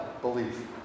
belief